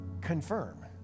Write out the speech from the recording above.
confirm